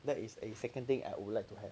that is my second thing I would like to have